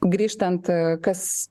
grįžtant kas